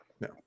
No